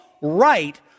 right